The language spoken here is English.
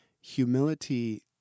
Humility